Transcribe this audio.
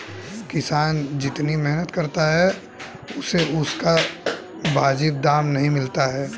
किसान जितनी मेहनत करता है उसे उसका वाजिब दाम नहीं मिलता है